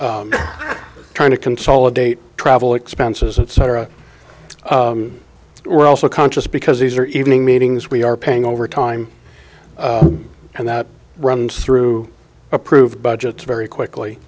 trying to consolidate travel expenses etc we're also conscious because these are evening meetings we are paying over time and that runs through approved budgets very quickly